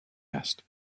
asked